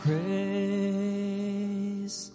Praise